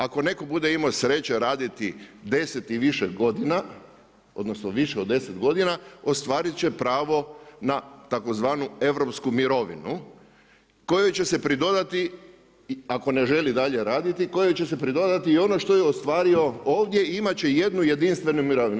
Ako netko bude imao sreće raditi 10 i više godina, odnosno više od 10 godina, ostvariti će pravo na tzv. europsku mirovinu, kojoj će se pridodati, ako ne želi dalje raditi, kojoj će se pridodati i ono što je ostvario ovdje, imati će jednu jedinstvenu mirovinu.